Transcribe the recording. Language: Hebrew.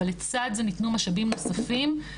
אבל לצד זה ניתנו משאבים נוספים.